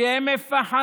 כי הם מפחדים.